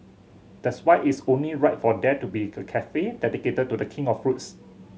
that's why it's only right for there to be a cafe dedicated to The King of fruits